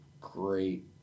great